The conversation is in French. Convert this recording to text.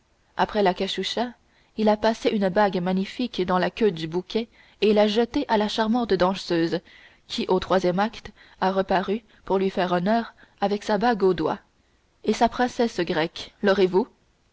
après la cachucha il a passé une bague magnifique dans la queue du bouquet et l'a jeté à la charmante danseuse qui au troisième acte a reparu pour lui faire honneur avec sa bague au doigt et sa princesse grecque